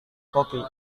kopi